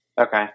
Okay